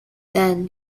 then